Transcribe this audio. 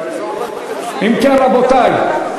רבותי,